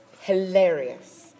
hilarious